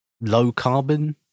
low-carbon